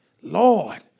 Lord